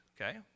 Okay